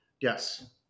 Yes